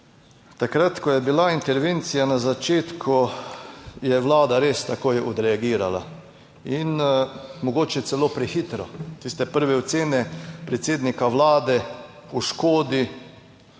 Takrat, ko je bila intervencija na začetku, je Vlada res takoj odreagirala in mogoče celo prehitro, tiste prve ocene predsednika Vlade o škodi,